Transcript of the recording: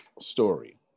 story